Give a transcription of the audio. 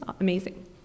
amazing